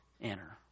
enter